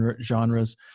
genres